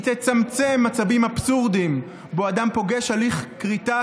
היא תצמצם מצבים אבסורדיים שבהם אדם פוגש הליך כריתה